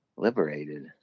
liberated